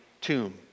tomb